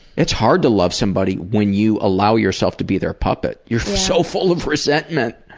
it's hard to love somebody when you allow yourself to be their puppet. you are so full of resentment